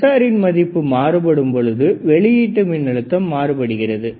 சென்சாரின் மதிப்பு மாறுபடும் பொழுது வெளியீட்டு மின்னழுத்தம் மாறுபடுகிறது